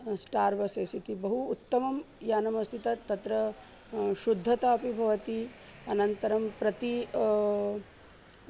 star buses इति बहु उत्तमं यानमस्ति तत् तत्र शुद्धता अपि भवति अनन्तरं प्रति